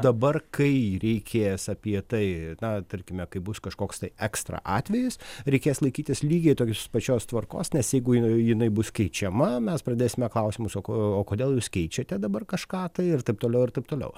dabar kai reikės apie tai na tarkime kai bus kažkoks tai ekstra atvejis reikės laikytis lygiai tokios pačios tvarkos nes jeigu jinai bus keičiama mes pradėsime klausimus o ko o kodėl jūs keičiate dabar kažką tai ir taip toliau ir taip toliau